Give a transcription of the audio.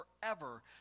forever